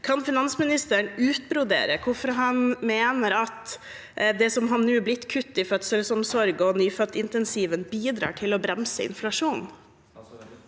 Kan finansministeren utbrodere hvorfor han mener at det som nå har blitt kutt i fødselsomsorgen og nyfødtintensiven, bidrar til å bremse inflasjonen?